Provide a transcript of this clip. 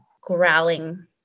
growling